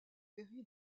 périt